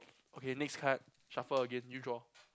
okay next card shuffle again you draw